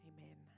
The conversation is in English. Amen